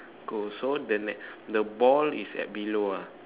go so the ne~ the ball is at below ah